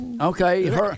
Okay